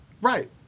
right